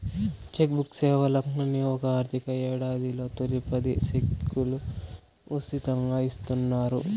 check book సేవలకని ఒక ఆర్థిక యేడాదిలో తొలి పది సెక్కులు ఉసితంగా ఇస్తున్నారు